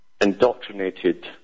indoctrinated